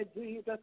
Jesus